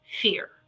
fear